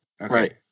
Right